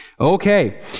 Okay